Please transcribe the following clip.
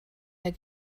der